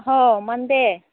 ꯍꯣ ꯃꯟꯗꯦ